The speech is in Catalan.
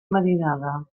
marinada